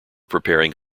preparing